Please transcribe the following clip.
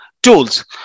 tools